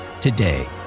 today